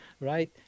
right